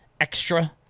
extra